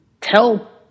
tell